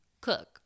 cook